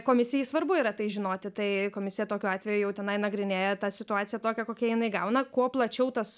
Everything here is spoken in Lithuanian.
komisijai svarbu yra tai žinoti tai komisija tokiu atveju jau tenai nagrinėja tą situaciją tokią kokią jinai gauna kuo plačiau tas